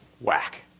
whack